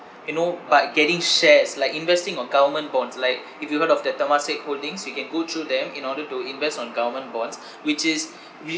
you know by getting shares like investing on government bonds like if you heard of that temasek holdings you can go through them in order to invest on government bonds which is re~